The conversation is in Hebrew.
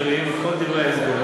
שהשר דרעי מתבצר?